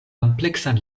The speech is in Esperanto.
ampleksan